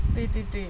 对对对